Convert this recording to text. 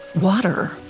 water